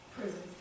Prison